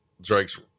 Drake's